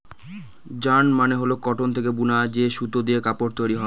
yarn মানে হল cotton থেকে বুনা যে সুতো দিয়ে কাপড় তৈরী হয়